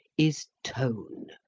is tone.